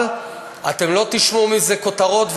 אבל אתם לא תשמעו מזה כותרות,